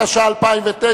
התש"ע 2009,